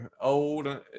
old –